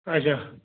اَچھا